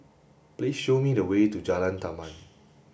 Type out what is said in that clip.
please show me the way to Jalan Taman